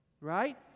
right